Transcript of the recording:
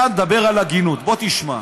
אתה מדבר על הגינות, בוא תשמע.